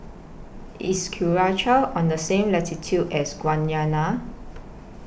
IS Curacao on The same latitude as Guyana